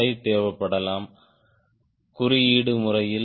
5 வேண்டும் குறியீட்டு முறையில்